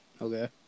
okay